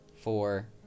four